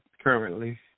currently